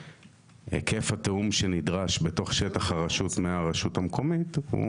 היקף התיאום שנדרש בתוך שטח הרשות מהרשות המקומית הוא